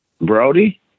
brody